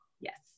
Yes